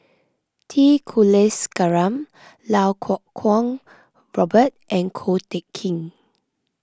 T Kulasekaram Lau Kuo Kwong Robert and Ko Teck Kin